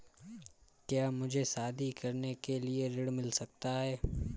क्या मुझे शादी करने के लिए ऋण मिल सकता है?